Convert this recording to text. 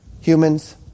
humans